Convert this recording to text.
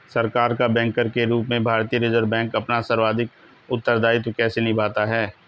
सरकार का बैंकर के रूप में भारतीय रिज़र्व बैंक अपना सांविधिक उत्तरदायित्व कैसे निभाता है?